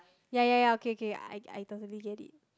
ya ya ya okay okay I I totally get it